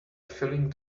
filling